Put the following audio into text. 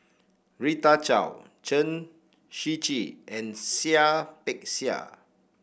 Rita Chao Chen Shiji and Seah Peck Seah